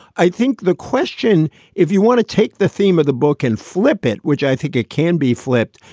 i think the question if you want to take the theme of the book and flip it, which i think it can be flipped,